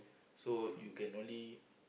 so you can only